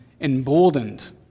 emboldened